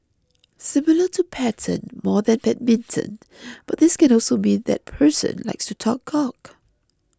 similar to pattern more than badminton but this can also mean that person likes to talk cock